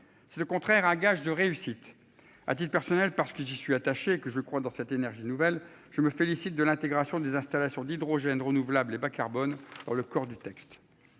C'est le contraire à gage de réussite. A-t-il personnelle parce que j'y suis attaché, que je crois dans cette énergie nouvelle. Je me félicite de l'intégration des installations d'hydrogène renouvelable et bas carbone dans le corps du texte.